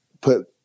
put